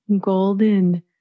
golden